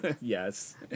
Yes